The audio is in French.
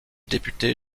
député